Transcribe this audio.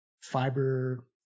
fiber